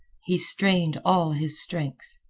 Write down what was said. he strained all his strength.